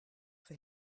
for